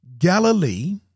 Galilee